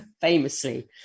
famously